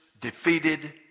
defeated